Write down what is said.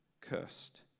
cursed